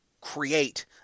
create